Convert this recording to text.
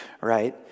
right